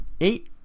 eight